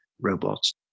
robots